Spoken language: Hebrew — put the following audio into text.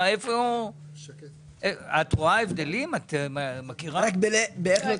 את מכירה הבדלים?